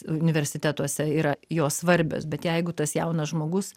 universitetuose yra jos svarbios bet jeigu tas jaunas žmogus